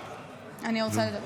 אני חוזרת על הכול,